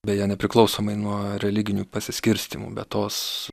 beje nepriklausomai nuo religinių pasiskirstymų bet tos